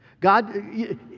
God